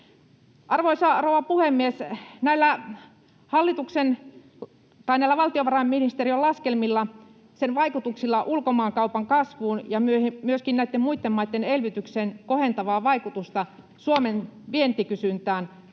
Arvoisa rouva puhemies! Näillä valtiovarainministeriön laskelmilla ei pystytä näyttämään toteen vaikutuksia ulkomaankaupan kasvuun eikä myöskään näitten muitten maitten elvytyksen kohentavaa vaikutusta Suomen vientikysyntään,